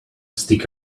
stick